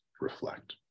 reflect